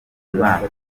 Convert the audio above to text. mwaka